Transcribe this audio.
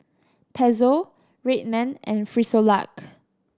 Pezzo Red Man and Frisolac